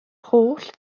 holl